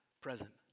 present